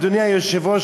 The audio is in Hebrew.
אדוני היושב-ראש,